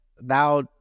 now